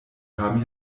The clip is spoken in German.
haben